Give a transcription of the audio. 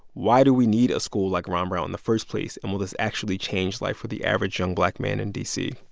why do we need a school like ron brown in the first place, and will this actually change life for the average young black man in d c?